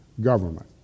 government